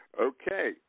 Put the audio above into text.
Okay